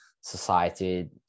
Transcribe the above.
society